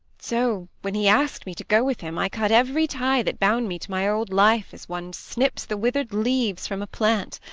so when he asked me to go with him i cut every tie that bound me to my old life as one snips the withered leaves from a plant.